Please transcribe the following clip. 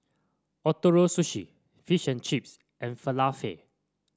Ootoro Sushi Fish and Chips and Falafel